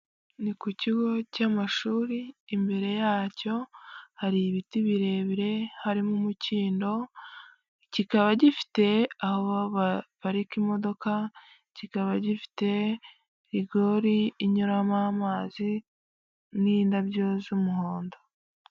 Ni ku kigo cy'amashuri imbere yacyo hari ibiti birebire, harimo umukindo kikaba gifite aho baparika imodoka, kikaba gifite rigori inyuramo amazi n'indabyo z'umuhondo.